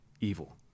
evil